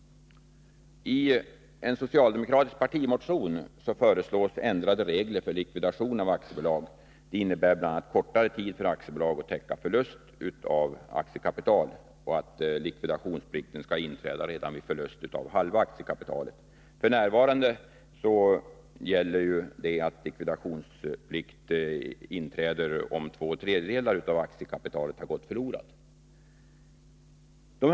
I en socialdemokratisk partimotion föreslås ändrade regler för likvidation av aktiebolag. Förslaget innebär bl.a. kortare tid för aktiebolag att täcka förlust av aktiekapital. Vidare innebär det att likvidationsplikten skall inträda vid förlust av halva aktiekapitalet. F. n. föreligger likvidationsplikt om två tredjedelar av aktiekapitalet har gått förlorade.